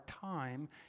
time